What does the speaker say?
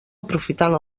aprofitant